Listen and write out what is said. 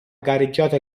gareggiato